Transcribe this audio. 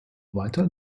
weiter